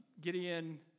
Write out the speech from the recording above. Gideon